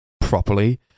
properly